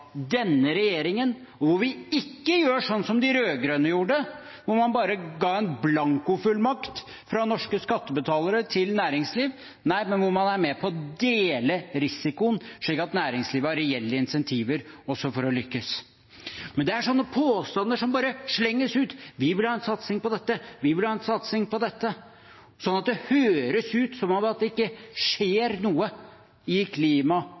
denne regjeringen, der vi ikke gjør sånn som de rød-grønne gjorde, som bare ga en blankofullmakt fra norske skattebetalere til næringslivet. Nei, man er med på å dele risikoen, slik at næringslivet har reelle insentiver for å lykkes. Men det er slike påstander som bare slenges ut: Vi vil ha en satsing på dette, og vi vil ha en satsing på dette. Det høres ut som om det ikke skjer noe i